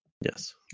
yes